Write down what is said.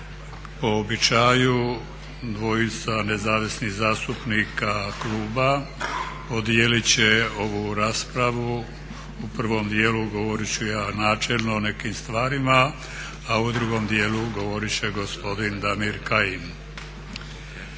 po običaju dvojica nezavisnih zastupnika kluba podijelit će ovu raspravu. U prvom dijelu govorit ću ja načelno o nekim stvarima, a u drugom dijelu govorit će gospodin Damir Kajin.